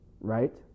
Right